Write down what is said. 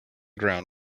ground